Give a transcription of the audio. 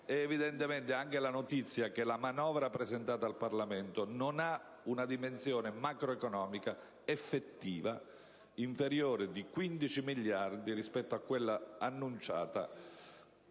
evidentemente anche la notizia che la manovra presentata dal Parlamento ha una dimensione macroeconomica effettiva inferiore per almeno 15 miliardi rispetto a quella annunciata